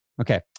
Okay